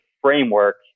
framework